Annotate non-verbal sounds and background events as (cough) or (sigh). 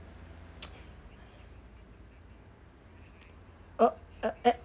(noise) uh uh eh